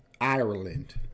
Ireland